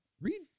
read